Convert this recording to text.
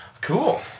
Cool